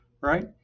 right